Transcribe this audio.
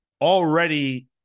already